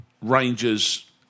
Rangers